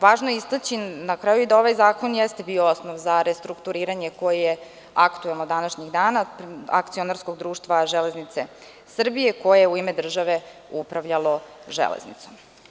Važno je istaći na kraju da ovaj zakon jeste bio osnov za restrukturiranje koje je aktuelno današnjih dana, Akcionarskog društva „Železnice Srbije“, koje je u ime države upravljalo železnicom.